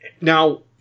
Now